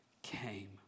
came